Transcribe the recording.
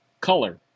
color